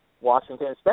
Washington